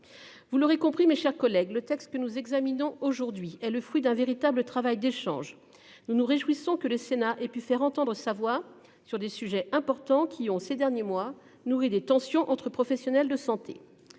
Vous l'aurez compris, mes chers collègues, le texte que nous examinons aujourd'hui est le fruit d'un véritable travail d'échanges. Nous nous réjouissons que le Sénat et pu faire entendre sa voix sur des sujets importants qui ont ces derniers mois, nourri des tensions entre professionnels de santé.